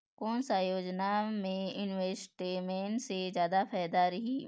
कोन सा योजना मे इन्वेस्टमेंट से जादा फायदा रही?